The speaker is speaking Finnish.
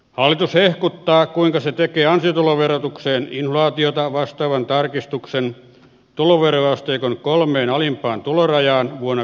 hallitus hehkuttaa kuinka se tekee ansiotuloverotukseen inflaatiota vastaavan tarkistuksen tuloveroasteikon kolmeen alimpaan tulorajaan vuonna